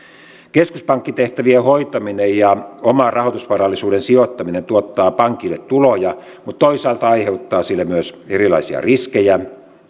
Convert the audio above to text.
keskuspankkitehtävien hoitaminen ja oman rahoitusvarallisuuden sijoittaminen tuottaa pankille tuloja mutta toisaalta aiheuttaa sille myös erilaisia riskejä